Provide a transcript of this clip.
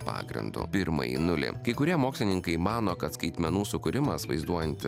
pagrindu pirmąjį nulį kai kurie mokslininkai mano kad skaitmenų sukūrimas vaizduojant